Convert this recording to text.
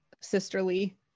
sisterly